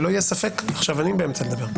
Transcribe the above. שלא יהיה ספק, עכשיו אני באמצע לדבר.